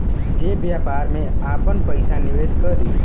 जे व्यापार में आपन पइसा निवेस करी